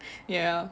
ya